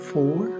Four